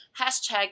hashtag